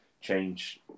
change